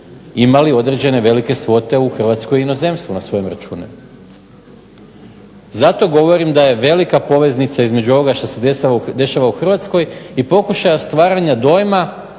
imali određene velike svote u Hrvatskoj i inozemstvu na svojim računima. Zato govorim da je velika poveznica između ovoga što se dešava u Hrvatskoj i pokušaja stvaranja dojma